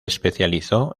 especializó